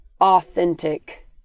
authentic